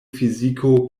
fiziko